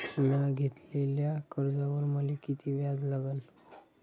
म्या घेतलेल्या कर्जावर मले किती व्याज लागन?